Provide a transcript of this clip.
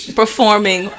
performing